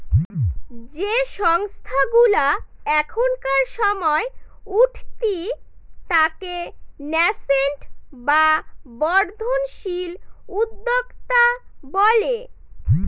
যে সংস্থাগুলা এখনকার সময় উঠতি তাকে ন্যাসেন্ট বা বর্ধনশীল উদ্যোক্তা বলে